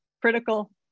critical